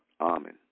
Amen